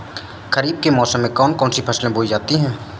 खरीफ मौसम में कौन कौन सी फसलें बोई जाती हैं?